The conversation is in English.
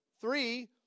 Three